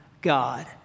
God